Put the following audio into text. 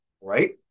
right